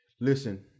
Listen